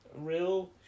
real